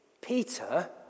Peter